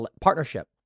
partnership